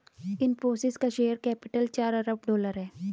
इनफ़ोसिस का share capital चार अरब डॉलर है